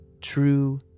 true